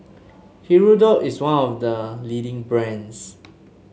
Hirudoid is one of the leading brands